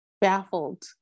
baffled